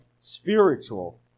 spiritual